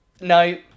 No